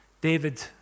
David